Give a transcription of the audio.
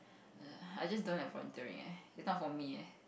eh I just don't like volunteering eh is not for me eh